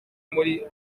muri